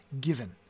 given